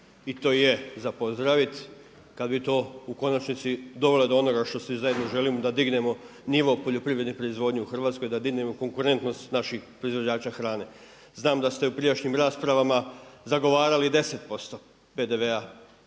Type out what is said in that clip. I to je za pozdravit. Kad bi to u konačnici dovelo do onoga što svi zajedno želimo da dignemo nivo poljoprivredne proizvodnje u Hrvatskoj, da dignemo konkurentnost naših proizvođača hrane. Znam da ste u prijašnjim raspravama zagovarali 10% PDV-a